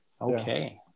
Okay